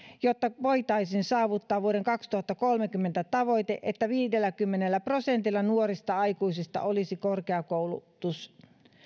jotta voitaisiin saavuttaa vuoden kaksituhattakolmekymmentä tavoite että viidelläkymmenellä prosentilla nuorista aikuisista olisi korkeakoulutus